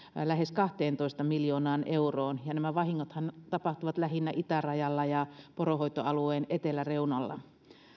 lähes kahteentoista miljoonaan euroon nämä vahingot tapahtuvat lähinnä itärajalla ja poronhoitoalueen eteläreunalla